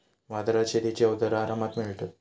बाजारात शेतीची अवजारा आरामात मिळतत